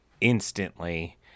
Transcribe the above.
instantly